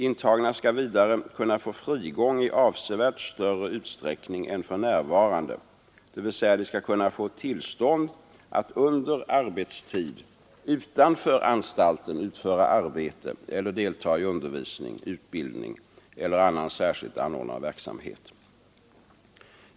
Intagna skall vidare kunna få frigång i avsevärt större utsträckning än för närvarande, dvs. de skall kunna få tillstånd att under arbetstid utanför anstalten utföra arbete eller delta i undervisning, utbildning eller annan särskilt anordnad verksamhet.